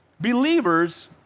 believers